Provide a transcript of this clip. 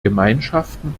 gemeinschaften